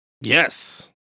Yes